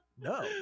no